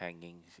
hanging